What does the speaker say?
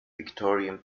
victorian